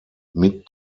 mit